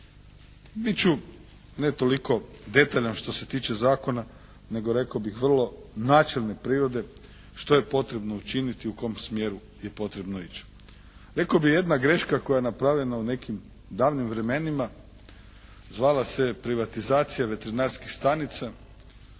Bit ću ne toliko detaljan što se tiče zakona, nego rekao bih vrlo načelne prirode što je potrebno učiniti, u kom smjeru je potrebno ići. Rekao bih jedna greška koja je napravljena u nekim davnim vremenima zvala se privatizacija veterinarskih stanica